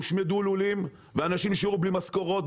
הושמדו לולים ואנשים נשארו בלי משכורות,